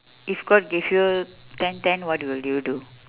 if god gave you ten ten what will you do